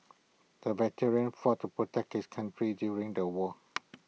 the veteran fought to protect his country during the war